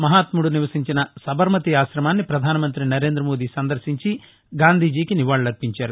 మహాత్ముడు నివసించిన సబర్మతి ఆశమాన్ని ప్రధానమంతి నరేంద్రమోదీ సందర్శించి గాంధీజికి నివాళులర్పించారు